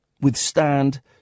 withstand